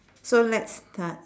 so let's start